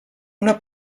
una